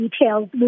details